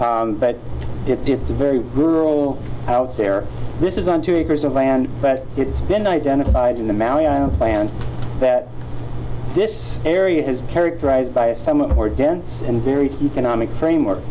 but it gets very rural out there this is on two acres of land but it's been identified in the land that this area has characterized by a somewhat more dense and very economic framework